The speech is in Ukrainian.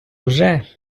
вже